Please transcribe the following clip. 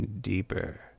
deeper